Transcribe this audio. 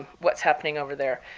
what's happening over there.